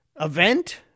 event